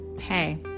hey